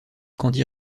candy